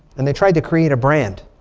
and they tried to create a brand.